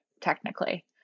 technically